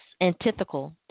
antithetical